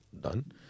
done